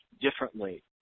differently